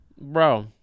Bro